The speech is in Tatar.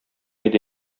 иде